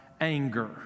anger